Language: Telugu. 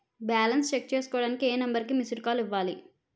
బాలన్స్ చెక్ చేసుకోవటానికి ఏ నంబర్ కి మిస్డ్ కాల్ ఇవ్వాలి?